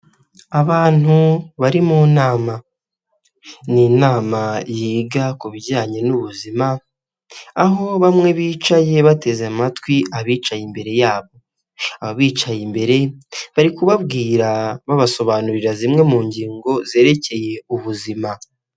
Abantu bari mu nama ni inama yiga ku bijyanye n'ubuzima aho bamwe bicaye bateze amatwi abicaye imbere yabo, abicaye imbere bari kubabwira babasobanurira zimwe mu ngingo zerekeye ubuzima.